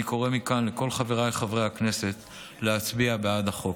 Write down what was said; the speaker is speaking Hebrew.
אני קורא מכאן לכל חברי הכנסת להצביע בעד החוק.